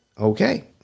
Okay